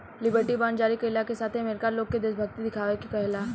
liberty bond जारी कईला के साथे अमेरिका लोग से देशभक्ति देखावे के कहेला